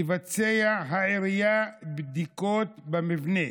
תבצע העירייה בדיקות במבנה,